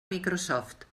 microsoft